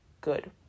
good